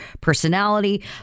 personality